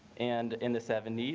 and in the seventy